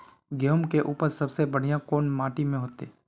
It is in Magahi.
गेहूम के उपज सबसे बढ़िया कौन माटी में होते?